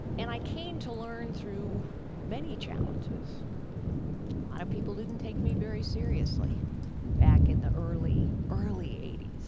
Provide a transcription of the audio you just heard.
and i came to learn through many challenges a lot of people didn't take me very seriously back in the early, early eighty s.